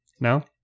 no